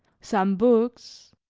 some books,